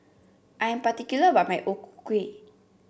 I am particular about my O Ku Kueh